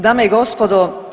Dame i gospodo.